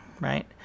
right